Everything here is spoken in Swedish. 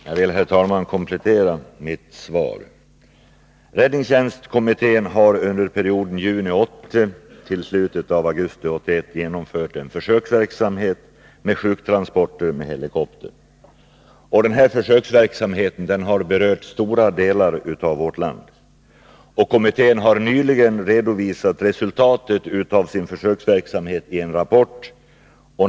Herr talman! Jag vill kommentera mitt svar. Räddningstjänstkommittén har under perioden juni 1980-slutet av augusti 1981 genomfört en försöksverksamhet med sjuktransporter med helikopter. Den försöksverksamheten har berört stora delar av vårt land. Kommittén har nyligen redovisat resultatet av sin försöksverksamhet i en rapport.